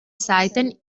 seiten